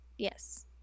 Yes